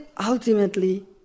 ultimately